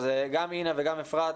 אז גם אינה וגם אפרת,